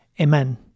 Amen